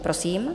Prosím.